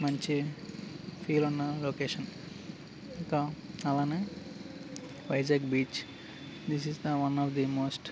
మంచి ఫీల్ ఉన్న లొకేషన్ ఇంకా అలానే Vizag beach this is the one of the most